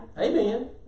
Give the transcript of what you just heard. Amen